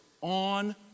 on